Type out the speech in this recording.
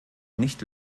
nicht